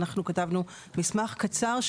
כתבנו מסמך קצר,